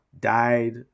died